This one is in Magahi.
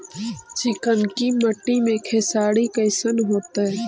चिकनकी मट्टी मे खेसारी कैसन होतै?